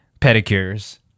pedicures